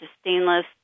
stainless